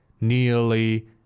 nearly